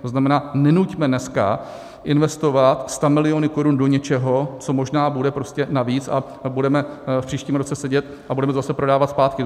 To znamená, nenuťme dneska investovat stamiliony korun do něčeho, co možná bude prostě navíc, a budeme v příštím roce sedět a budeme to zase prodávat zpátky.